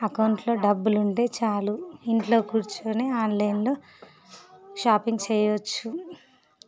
అకౌంట్లో డబ్బులు ఉంటే చాలు ఇంట్లో కూర్చొని ఆన్లైన్లో షాపింగ్ చెయ్యవచ్చు